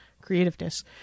creativeness